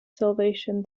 salvation